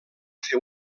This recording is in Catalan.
fer